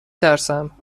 ترسم